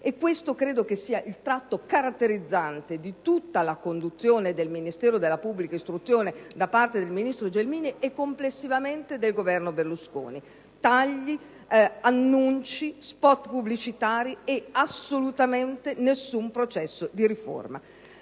questo sia il tratto caratterizzante di tutta la conduzione del Ministero dell'istruzione da parte del ministro Gelmini e complessivamente del Governo Berlusconi: tagli, annunci, *spot* pubblicitari, ma nessun processo di riforma.